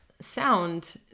sound